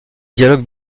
dialogue